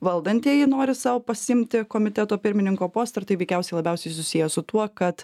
valdantieji nori sau pasiimti komiteto pirmininko postą ir tai veikiausiai labiausiai susiję su tuo kad